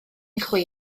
chwi